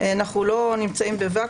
אנו לא בוואקום,